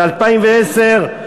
ב-2010,